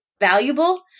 valuable